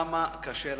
כמה קשה לכם,